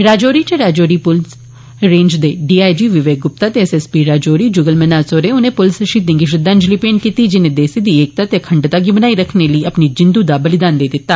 राजौरी च राजौरी पुंछ पुलस रेंज दे D I G Vivek Gupta ते S S P Rajouri Jugal Manhas होरें उनें पुलस शहीदें गी श्रद्धांजलि मेंट कीती जिने देसै दी एकता ते अखण्डता गी बनाए रक्खने लेई अपनी जिन्दू दा बलिदान देई दिता